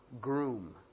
groom